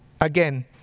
Again